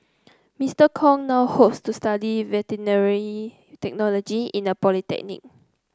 Mister Kong now hopes to study veterinary technology in a polytechnic